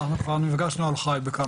לא נכון, נפגשנו על חי בכמה,